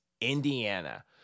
Indiana